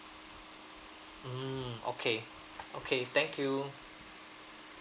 mm okay okay thank you